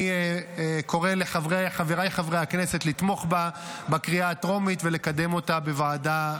אני קורא לחבריי חברי הכנסת לתמוך בה בקריאה הטרומית ולקדם אותה בוועדה.